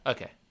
Okay